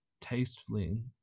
tastefully